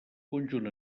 conjunt